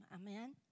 Amen